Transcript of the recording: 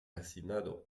asignados